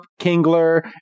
Kingler